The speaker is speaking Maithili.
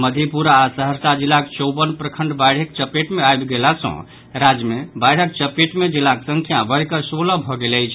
मधेपुरा आ सहरसा जिलाक चौवन प्रखंड बाढ़िक चपेट मे आबि गेला सॅ राज्य मे बाढ़िक चपेट मे जिलाक संख्या बढ़िकऽ सोलह भऽ गेल अछि